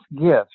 gift